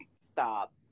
stop